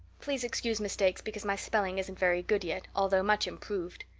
please excuse mistakes because my spelling isn't very good yet, although much improoved.